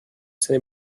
seine